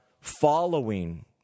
following